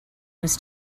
was